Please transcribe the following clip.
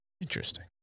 Interesting